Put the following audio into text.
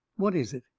what is it?